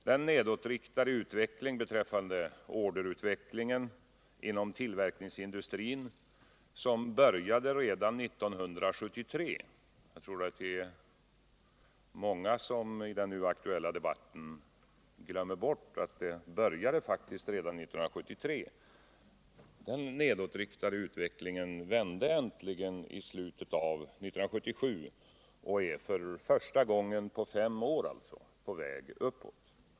Den nedåtriktade utveckling beträffande orderutvecklingen inom tillverkningsindustrin, som började redan 1973 — jag tror att det är många som i den nu aktuella debatten glömmer att den utvecklingen faktiskt började redan 1973 —- vände äntligen i slutet av 1977 och är för första gången på fem år på väg uppåt.